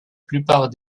plupart